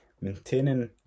Maintaining